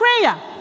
prayer